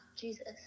Jesus